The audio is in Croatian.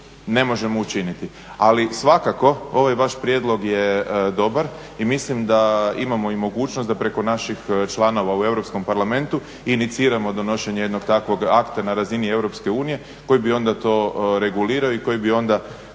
ne možemo učiniti. Ali svakako ovaj vaš prijedlog je dobar i mislim da imamo i mogućnost da preko naših članova u Europskom parlamentu iniciramo donošenje jednog takvog akta na razini Europske unije koji bi onda to regulirao i koji bi onda